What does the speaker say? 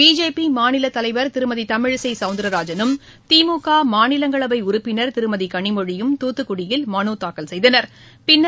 பிஜேபிமாநிலத் தலைவர் திருமதிதமிழிசைசௌந்திரராஜனும் திமுகமாநிலங்களவைஉறுப்பினர் திருமதிகனிமொழியும் தூத்துக்குடியில் மனுத் தாக்கல் செய்தனர்